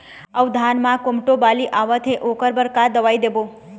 अऊ धान म कोमटो बाली आवत हे ओकर बर का दवई देबो?